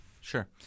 Sure